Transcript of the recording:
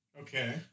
okay